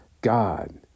God